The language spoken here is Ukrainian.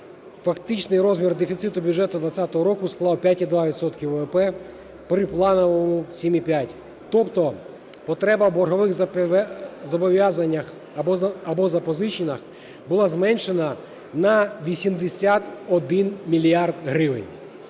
Фактичний розмір дефіциту бюджету 2020 року склав 5,2 відсотка ВВП при плановому 7,5. Тобто потреба у боргових зобов'язаннях або запозиченнях була зменшена на 81 мільярд